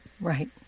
Right